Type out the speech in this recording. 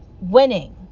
winning